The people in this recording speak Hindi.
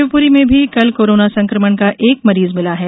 शिवपुरी में भी कल कोरोना संकमण का एक मरीज मिला है